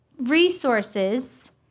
resources